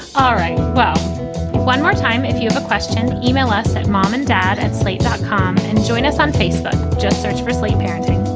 all right. well one more time if you have a question. email us at mom and dad at slate dot com. and join us on facebook. just search for sleep parenting.